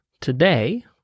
Today